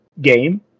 game